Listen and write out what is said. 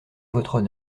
votre